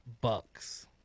Bucks